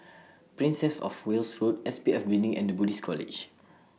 Princess of Wales Road S P F Building and The Buddhist College